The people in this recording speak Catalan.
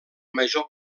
major